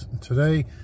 today